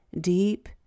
deep